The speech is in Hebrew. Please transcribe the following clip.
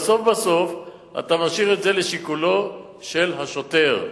בסוף, אתה משאיר את זה לשיקולו של השוטר.